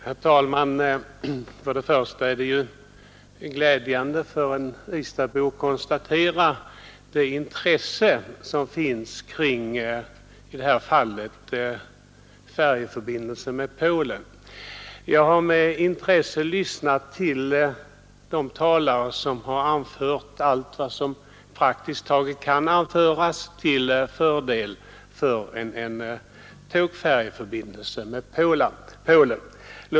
Herr talman! Det är först och främst glädjande för en ystadsbo att konstatera det intresse som finns för färjeförbindelser med i detta fall Polen. Jag har med intresse lyssnat på de talare som har anfört praktiskt taget allt vad som kan anföras till fördel för en tågfärjeförbindelse med Polen.